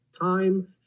time